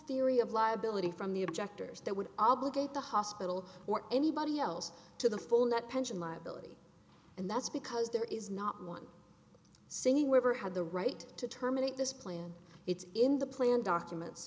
theory of liability from the objectors that would obligate the hospital or anybody else to the full net pension liability and that's because there is not one singing river had the right to terminate this plan it's in the plan documents